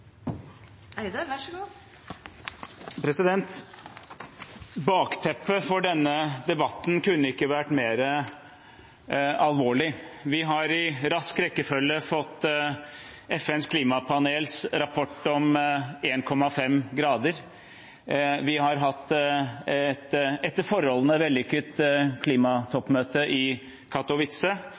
Eide. Bakteppet for denne debatten kunne ikke vært mer alvorlig. Vi har i rask rekkefølge fått rapporten fra FNs klimapanel, IPCC, om 1,5 grader, vi har hatt et etter forholdene vellykket klimatoppmøte i